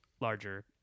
larger